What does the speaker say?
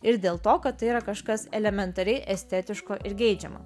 ir dėl to kad tai yra kažkas elementariai estetiško ir geidžiamo